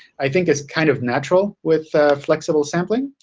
i think is kind of natural with flexible sampling.